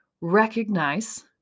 recognize